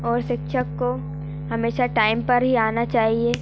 और शिक्षक को हमेशा टाइम पर ही आना चाहिए